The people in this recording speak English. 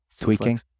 tweaking